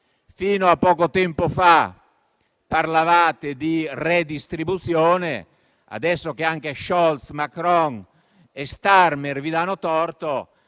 Fino a poco tempo fa parlavate di redistribuzione. Adesso che anche Scholz, Macron, e Starmer vi danno torto,